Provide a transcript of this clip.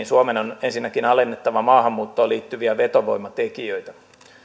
suomen on ensinnäkin alennettava maahanmuuttoon liittyviä vetovoimatekijöitä